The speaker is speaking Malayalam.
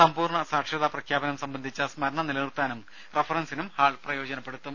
സമ്പൂർണ്ണ സാക്ഷരതാ പ്രഖ്യാപനം സംബന്ധിച്ച സ്മരണ നിലനിർത്താനും റഫറൻസിനും ഹാൾ പ്രയോജനപ്പെടുത്തും